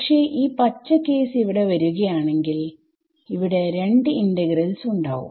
പക്ഷെ ഈ പച്ച കേസ് ഇവിടെ വരികയാണെങ്കിൽ അവിടെ 2 ഇന്റഗ്രൽസ് ഉണ്ടാവും